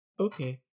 okay